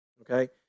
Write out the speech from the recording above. okay